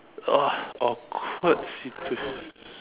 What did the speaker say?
!wah! awkward situation